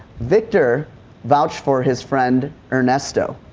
victor vouched for his friend ernesto.